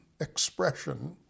expression